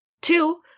two